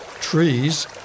trees